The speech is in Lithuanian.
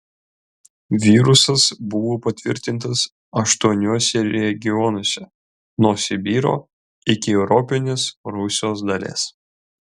virusas buvo patvirtintas aštuoniuose regionuose nuo sibiro iki europinės rusijos dalies